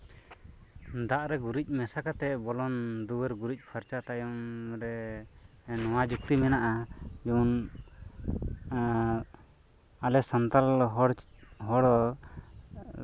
ᱫᱟᱜ ᱨᱮ ᱜᱩᱨᱤᱡ ᱢᱮᱥᱟ ᱠᱟᱛᱮ ᱵᱚᱞᱚᱱ ᱫᱩᱣᱟᱹᱨ ᱜᱩᱨᱤᱡ ᱯᱷᱟᱨᱪᱟ ᱛᱟᱭᱚᱢ ᱨᱮ ᱱᱚᱣᱟ ᱡᱩᱠᱛᱤ ᱢᱮᱱᱟᱜᱼᱟ ᱡᱮᱢᱚᱱ ᱮᱸᱻ ᱟᱞᱮ ᱥᱟᱱᱛᱟᱲ ᱦᱚᱲ